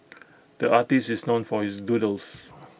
the artist is known for his doodles